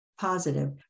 positive